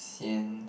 sian